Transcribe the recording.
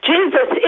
Jesus